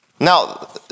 Now